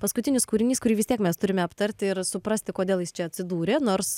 paskutinis kūrinys kurį vis tiek mes turime aptarti ir suprasti kodėl jis čia atsidūrė nors